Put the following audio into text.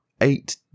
eight